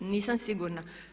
Nisam sigurna.